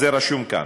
זה רשום כאן,